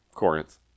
Corinth